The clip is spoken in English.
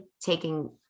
taking